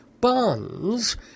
Bonds